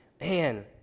Man